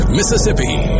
Mississippi